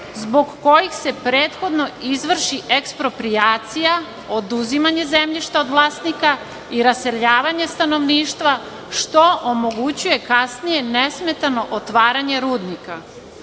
zbog kojih se prethodno izvrši eksproprijacija, oduzimanje zemljišta od vlasnika i raseljavanje stanovništva, što omogućuje kasnije nesmetano otvaranje rudnika. Drugo